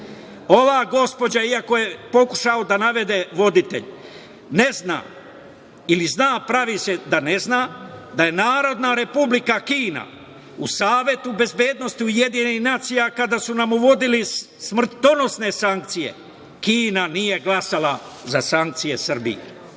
gospođa, iako je pokušao da navede voditelj, ne zna ili zna, a pravi se da ne zna, da je Narodna Republika Kina u Savetu bezbednosti UN kada su nam uvodili smrtonosne sankcije Kina nije glasala za sankcije Srbiji.